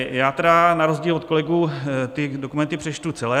Já tedy na rozdíl od kolegů dokumenty přečtu celé.